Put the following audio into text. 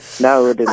No